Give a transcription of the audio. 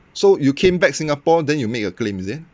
so you came back Singapore then you make a claim is it